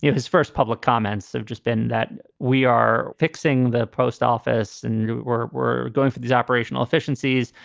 yeah his first public comments have just been that we are fixing the post office and we're we're going for these operational efficiencies.